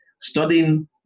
studying